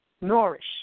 nourish